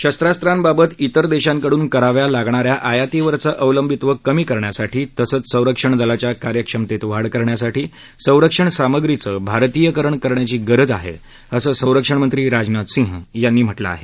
शस्त्रास्त्रांबाबत तिर देशांकडून कराव्या लागणाऱ्या आयातीवरचं अवलंबित्व कमी करण्यासाठी तसंच संरक्षण दलाच्या कार्यक्षमतेत वाढ करण्यासाठी संरक्षण सामग्रीचं भारतीयकरण करायची गरज आहे असं संरक्षणंत्री राजनाथ सिंह यांनी म्हटलं आहे